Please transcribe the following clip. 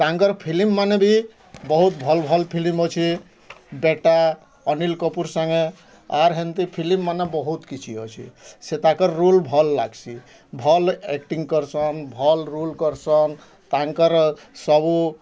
ତାଙ୍କର୍ ଫିଲ୍ମ୍ମାନେ ବି ବହୁତ ଭଲ୍ ଭଲ୍ ଫିଲ୍ମ୍ ଅଛେ ବେଟା ଅନିଲ୍ କପୁର୍ ସାଙ୍ଗେ ଆର୍ ହେନ୍ତି ଫିଲ୍ମ୍ ମାନେ ବହୁତ୍ କିଛି ଅଛେ ସେ ତାକର୍ ରୋଲ୍ ଭଲ୍ ଲାଗ୍ସି ଭଲ୍ ଏକ୍ଟିଙ୍ଗ୍ କର୍ସନ୍ ଭଲ୍ ରୋଲ୍ କର୍ସନ୍ ତାଙ୍କର୍ ସବୁ